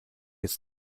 his